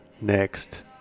next